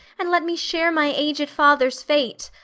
and let me share my aged father's fate.